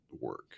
work